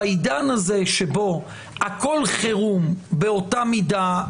שהעידן הזה שבו הכול חירום באותה מידה,